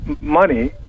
money